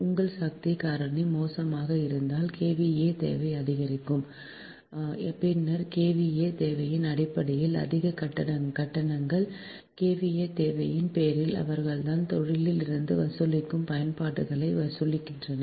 உங்கள் சக்தி காரணி மோசமாக இருந்தால் KVA தேவை அதிகமாக இருக்கும் பின்னர் KVA தேவையின் அடிப்படையில் அதிக கட்டணங்கள் KVA தேவையின் பேரில் அவர்கள் தொழிலில் இருந்து வசூலிக்கும் பயன்பாடுகளையும் வசூலிக்கின்றன